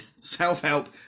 self-help